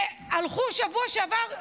הם הלכו בשבוע שעבר,